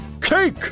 cake